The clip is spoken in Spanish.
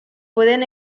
pueden